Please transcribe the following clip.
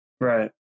right